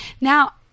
Now